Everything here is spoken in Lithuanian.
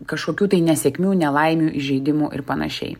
kažkokių tai nesėkmių nelaimių įžeidimų ir panašiai